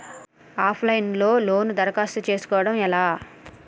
Of line లో loan దరఖాస్తు చేసుకోవడం ఎలా?